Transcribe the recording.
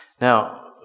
Now